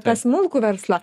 tą smulkų verslą